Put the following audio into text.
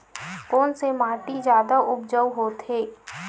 कोन से माटी जादा उपजाऊ होथे?